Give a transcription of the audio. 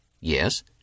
Yes